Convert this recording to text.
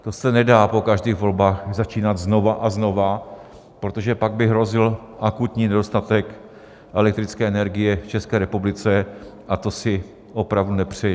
To se nedá, po každých volbách začínat znova a znova, protože pak by hrozil akutní nedostatek elektrické energie v České republice, a to si opravdu nikdo nepřeje.